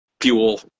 fuel